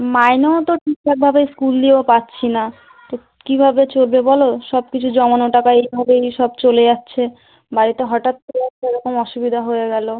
মাইনেও তো ঠিকঠাকভাবে স্কুল দিয়েও পাচ্ছি না তো কীভাবে চলবে বলো সব কিছু জমানো টাকায় এইভাবেই সব চলে যাচ্ছে বাড়িতে হঠাৎ করে একটা এরকম অসুবিধা হয়ে গেলো